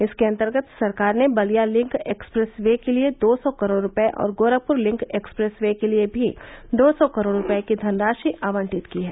इसके अंतर्गत सरकार ने बलिया लिंक एक्सप्रेस वे के लिये दो सौ करोड़ रूपये और गोरखपुर लिंक एक्सप्रेस वे के लिये भी दो सौ करोड़ रूपये की धनराशि आवंटित की है